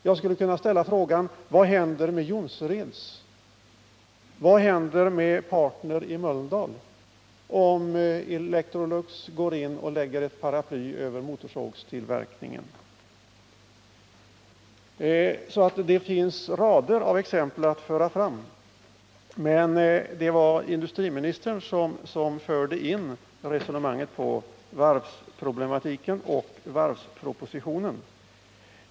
Jag skulle kunna fråga: Vad händer med Jonsereds AB och med AB Partner i Mölndal, om Electrolux går in och lägger ett paraply över motorsågstillverkningen? Det finns alltså åtskilliga exempel att anföra, men det var industriministern som förde in resonemanget på varvsproblematiken och varvspropositionen.